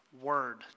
word